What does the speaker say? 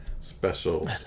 special